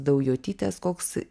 daujotytės koks